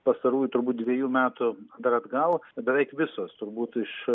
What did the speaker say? pastarųjų turbūt dvejų metų dar atgal beveik visos turbūt iš